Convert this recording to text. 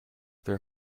there